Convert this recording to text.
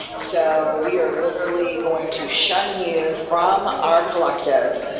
so we are literally going to shun you from our collective,